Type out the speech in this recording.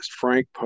Frank